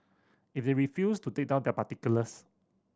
if they refuse to take down their particulars